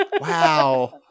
Wow